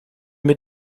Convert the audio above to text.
mit